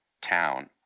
town